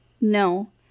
No